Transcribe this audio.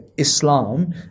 Islam